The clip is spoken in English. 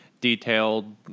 detailed